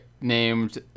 named